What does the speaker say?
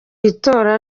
itora